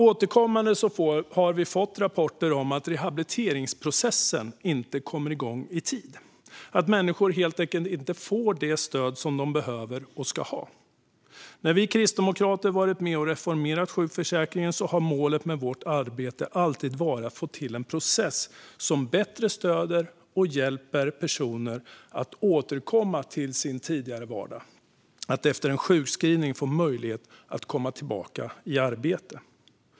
Återkommande har vi fått rapporter om att rehabiliteringsprocessen inte kommer igång i tid och att människor helt enkelt inte får det stöd som de behöver och ska ha. När vi kristdemokrater varit med och reformerat sjukförsäkringen har målet med vårt arbete alltid varit att få till en process som bättre stöder och hjälper personer att återkomma till sin tidigare vardag och att de efter en sjukskrivning ska få möjlighet att komma tillbaka i arbete.